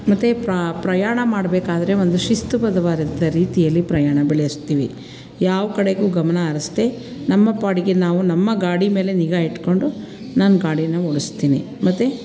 ಮತ್ತು ಪ್ರಯಾಣ ಮಾಡಬೇಕಾದ್ರೆ ಒಂದು ಶಿಸ್ತುಬದ್ಧವಾದಂಥ ರೀತಿಯಲ್ಲಿ ಪ್ರಯಾಣ ಬೆಳೆಸ್ತೀವಿ ಯಾವ ಕಡೆಗೂ ಗಮನ ಹರಿಸ್ದೇ ನಮ್ಮ ಪಾಡಿಗೆ ನಾವು ನಮ್ಮ ಗಾಡಿ ಮೇಲೆ ನಿಗಾ ಇಟ್ಕೊಂಡು ನಾನು ಗಾಡಿನ ಓಡಿಸ್ತೀನಿ ಮತ್ತು